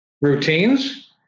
Routines